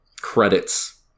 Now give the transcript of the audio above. credits